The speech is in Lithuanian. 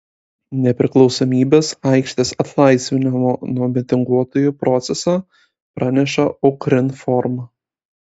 nepriklausomybės aikštės atlaisvinimo nuo mitinguotojų procesą praneša ukrinform